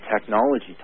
technology